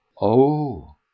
Oh